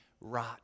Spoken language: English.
rot